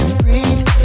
breathe